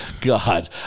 god